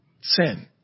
sin